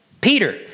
Peter